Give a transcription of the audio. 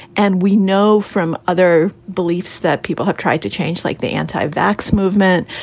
and we know from other beliefs that people have tried to change, like the anti-vax movement,